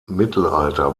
mittelalter